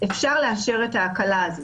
אפשר לאשר את ההקלה הזו,